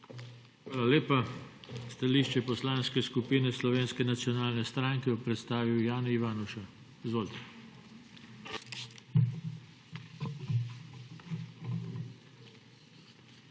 Hvala lepa. Stališče Poslanske skupine Slovenske nacionalne stranke bo predstavil Jani Ivanuša. Izvolite.